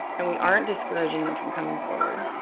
and we aren't discouraging them from coming forward.